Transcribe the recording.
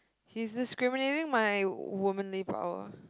he's discriminating my womanly power